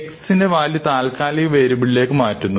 x ലെ value താൽക്കാലിക വേരിയബിളിലേക്ക് മാറ്റുന്നു